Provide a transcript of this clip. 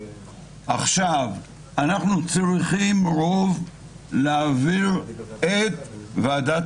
אנחנו צריכים רוב להעביר את ועדת